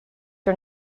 are